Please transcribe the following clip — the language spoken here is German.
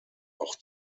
auch